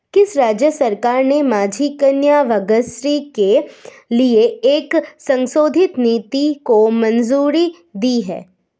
किस राज्य सरकार ने माझी कन्या भाग्यश्री के लिए एक संशोधित नीति को मंजूरी दी है?